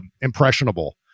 impressionable